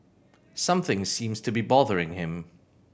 something seems to be bothering him